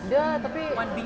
ada tapi